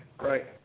right